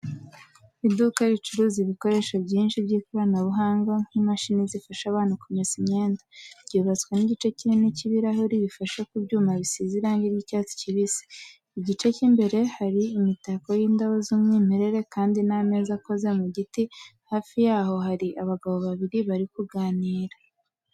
Iduka ricuruza ibikoresho byinshi by'ikoranabuhanga nk'imashini zifasha abantu kumesa imyenda, ryubatswe n'igice kinini cy'ibirahure bifashe ku byuma bisize irangi ry'icyatsi kibisi. Igice cy'imbere hari imitako y'indabo z'umwimerere kandi n'ameza akoze mu giti hafi y'aho hari abagabo babiri bari kuganira.